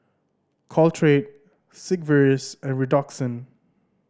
Caltrate Sigvaris and Redoxon